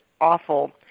awful